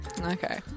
Okay